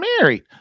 married